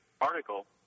article